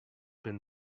been